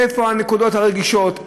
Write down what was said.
איפה הנקודות הרגישות,